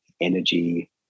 energy